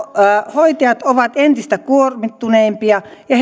hoitajat ovat entistä kuormittuneempia ja